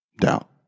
doubt